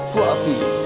Fluffy